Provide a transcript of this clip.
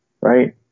right